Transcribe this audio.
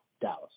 Dallas